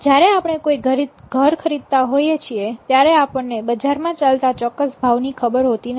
જ્યારે આપણે કોઈ ઘર ખરીદતા હોઈએ છીએ ત્યારે આપણને બજારમાં ચાલતા ચોક્કસ ભાવની ખબર હોતી નથી